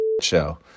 show